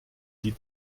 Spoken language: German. die